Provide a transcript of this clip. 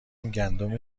گندم